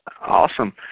Awesome